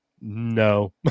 no